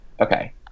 okay